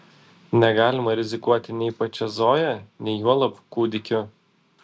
negalima rizikuoti nei pačia zoja nei juolab kūdikiu